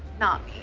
not